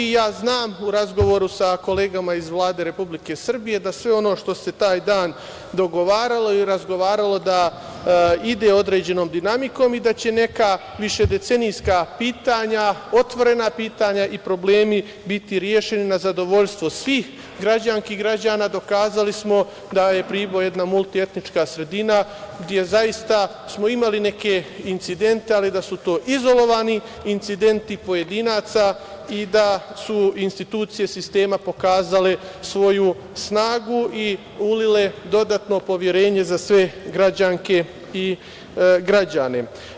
Ja znam u razgovoru sa kolegama iz Vlade Republike Srbije da sve ono što se taj dan dogovaralo i razgovaralo, da ide određenom dinamikom i da će neka višedecenijska pitanja, otvorena pitanja i problemi biti rešeni na zadovoljstvo svih građanki i građana, dokazali smo da je Priboj jedna multietnička sredina, gde zaista smo imali neke incidente, ali da su to izolovani incidenti pojedinaca i da su institucije sistema pokazale svoju snagu i ulile dodatno poverenje za sve građanke i građane.